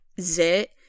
Zit